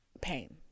pain